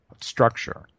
structure